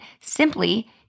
simply